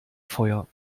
feuer